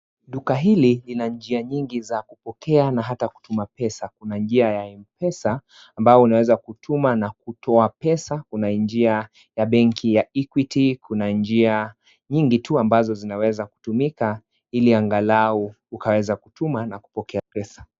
Duka hili lina njia nyingi za kupokea na hata kutuma pesa. Na njia ya mpesa ambayo unaweza kutuma na kutoa pesa. Kuna njia ya benki ya {cs} Equity {cs}, Kuna njia nyingi tu ambazo zinawezakutumika ili angalau ukaweza kutuma na kupokea pesa.